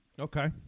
Okay